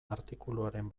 artikuluaren